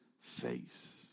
face